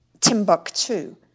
Timbuktu